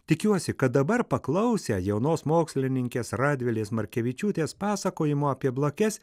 tikiuosi kad dabar paklausę jaunos mokslininkės radvilės markevičiūtės pasakojimo apie blakes